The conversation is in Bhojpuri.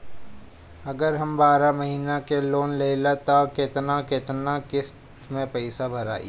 अगर हम बारह महिना के लोन लेहेम त केतना केतना किस्त मे पैसा भराई?